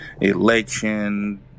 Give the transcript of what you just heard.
election